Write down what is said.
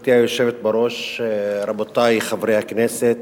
גברתי היושבת בראש, רבותי חברי הכנסת,